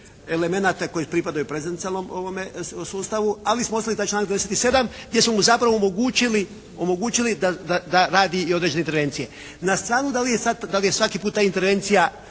elemenata koji pripadaju prezidijalnom ovome sustavu, ali smo ostavili taj članak 97. gdje smo mu zapravo omogućili da radi i određene diferencije. Na stranu da li je svaki puta intervencija